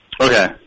Okay